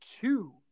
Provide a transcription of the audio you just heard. two